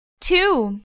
Two